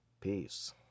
peace